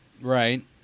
Right